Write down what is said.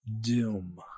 Doom